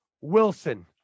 Wilson